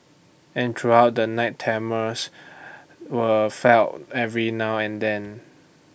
and throughout the night tremors were felt every now and then